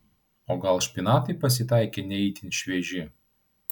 o gal špinatai pasitaikė ne itin švieži